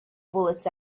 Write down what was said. bullets